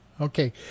okay